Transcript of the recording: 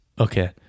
okay